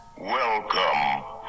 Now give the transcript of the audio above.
Welcome